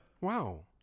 Wow